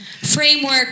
framework